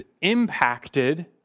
impacted